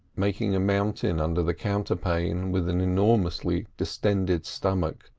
making a mountain under the counterpane with an enormously distended stomach,